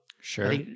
Sure